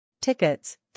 Tickets